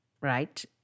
right